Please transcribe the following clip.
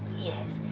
yes.